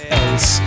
else